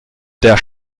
der